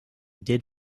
did